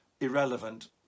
irrelevant